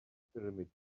pyramids